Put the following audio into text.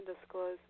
disclose